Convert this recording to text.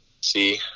see